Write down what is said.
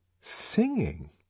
singing